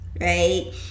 right